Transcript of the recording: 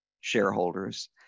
shareholders